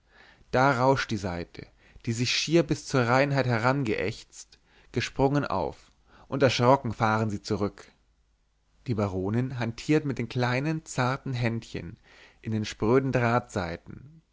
da rauscht die saite die sich schier bis zur reinheit herangeächzt gesprungen auf und erschrocken fahren sie zurück die baronin hantiert mit den kleinen zarten händchen in den spröden